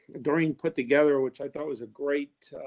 during put together, which i thought was a great,